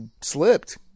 slipped